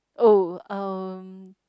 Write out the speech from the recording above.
oh um